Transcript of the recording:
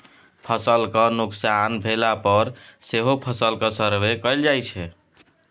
फसलक नोकसान भेला पर सेहो फसलक सर्वे कएल जाइ छै